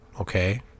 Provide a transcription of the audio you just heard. okay